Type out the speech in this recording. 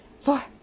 four